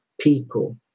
people